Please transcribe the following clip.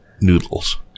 noodles